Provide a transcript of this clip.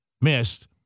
missed